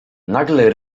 nagle